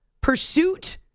pursuit